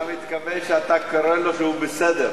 אתה מתכוון שאתה קורא לו כי הוא בסדר.